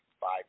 five